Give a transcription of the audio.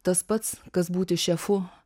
tas pats kas būti šefu